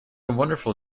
wonderful